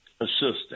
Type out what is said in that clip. assistance